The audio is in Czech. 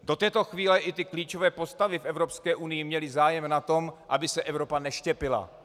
Do této chvíle i klíčové postavy Evropské unie měly zájem na tom, aby se Evropa neštěpila.